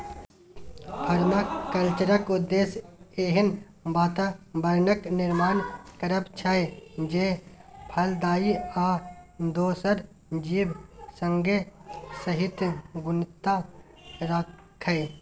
परमाकल्चरक उद्देश्य एहन बाताबरणक निर्माण करब छै जे फलदायी आ दोसर जीब संगे सहिष्णुता राखय